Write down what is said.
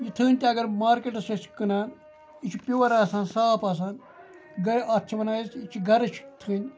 یہِ تھٔنۍ تہِ اگر مارکیٹَس چھِ أسۍ کٕنان یہِ چھِ پیُور آسان صاف آسان گٔے اَتھ چھِ وَنان أسۍ یہِ چھِ گَرٕچ تھٔنۍ